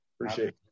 Appreciate